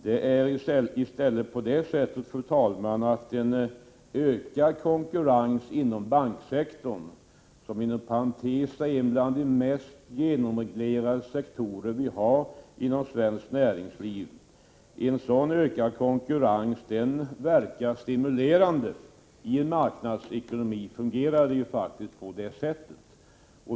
Det är i stället på det sättet, fru talman, att en ökad konkurrens inom banksektorn — som inom parentes är bland de mest genomreglerade sektorer vi har inom svenskt näringsliv — verkar stimulerande. I en marknadsekonomi fungerar det faktiskt på det sättet.